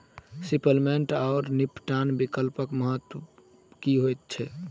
Settlement आओर निपटान विकल्पक मतलब की होइत छैक?